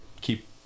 keep